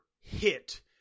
hit